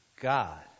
God